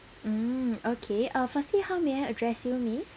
mm okay uh firstly how may I address you miss